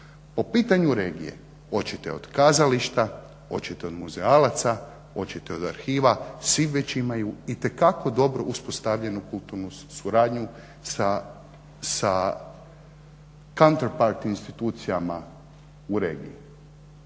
po pitanju regije oćete od kazališta, oćete od muzealaca, oćete od arhiva, svi već imaju itekako dobro uspostavljenu kulturnu suradnju sa country part institucijama u regiji.